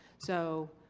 so.